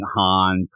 Han